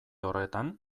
horretan